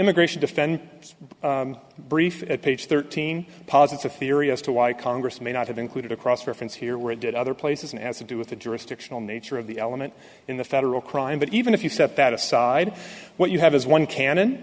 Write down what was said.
immigration defend this brief page thirteen positive theory as to why congress may not have included a cross reference here where it did other places and has to do with the jurisdictional nature of the element in the federal crime but even if you set that aside what you have is one canon